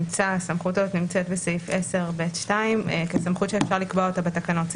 הסמכות הזאת נמצאת באמת בסעיף 10(ב)(2) כסמכות שאפשר לקבוע אותה בתקנות.